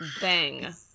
Bang